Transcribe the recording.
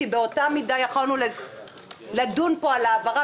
כי באותה מידה יכולנו לדון פה על העברה